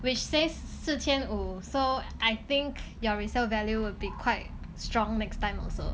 which says 四千五 so I think your resale value will be quite strong next time also